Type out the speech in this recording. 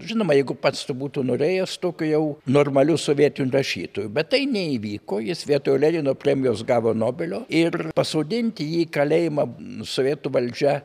žinoma jeigu pats būtų norėjęs tokiu jau normaliu sovietiniu rašytoju bet tai neįvyko jis vietoj lenino premijos gavo nobelio ir pasodinti jį į kalėjimą sovietų valdžia